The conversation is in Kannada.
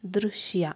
ದೃಶ್ಯ